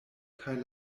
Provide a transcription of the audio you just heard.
kaj